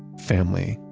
family,